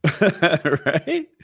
Right